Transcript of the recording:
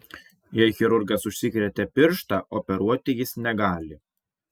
jei chirurgas užsikrėtė pirštą operuoti jis negali